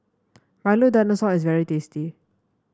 Milo Dinosaur is very tasty